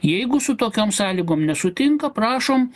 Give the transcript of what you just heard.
jeigu su tokiom sąlygom nesutinka prašom